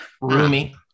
Roomy